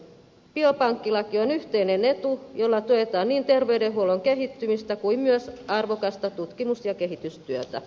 biopankkilaki on yhteinen etu jolla tuetaan niin terveydenhuollon kehittymistä kuin myös arvokasta tutkimus ja kehitystyötä